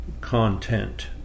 content